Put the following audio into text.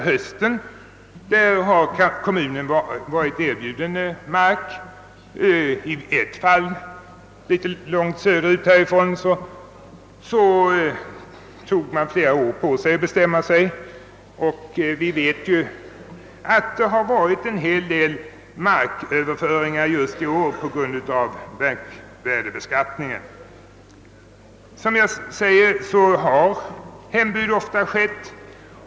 Kommunen har alltså varit erbjuden mark. I ett fall tog man flera år på sig för ståndpunktstagandet, och vi vet ju att det just i år varit en hel del marköverföringar på grund av de föreslagna ändrade bestämmelserna rörande markvärdebeskattningen. Som jag säger har hembud ofta skett.